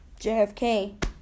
JFK